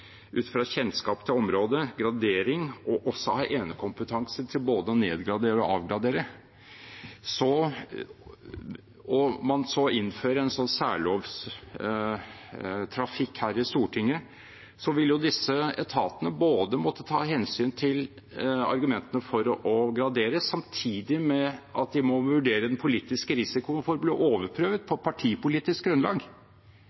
både å nedgradere og avgradere – og man så innfører en slik særlovstrafikk her i Stortinget, da vil disse etatene måtte ta hensyn til argumentene for å gradere, samtidig med at de må vurdere den politiske risikoen for å bli overprøvd